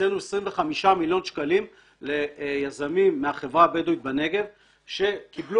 והקצינו 25 מיליון שקלים ליזמים מהחברה הבדואית בנגב שקיבלו